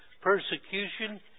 persecution